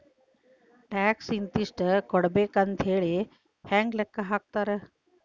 Tax ಇಂತಿಷ್ಟ ಕೊಡ್ಬೇಕ್ ಅಂಥೇಳಿ ಹೆಂಗ್ ಲೆಕ್ಕಾ ಹಾಕ್ತಾರ?